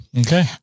Okay